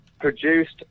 produced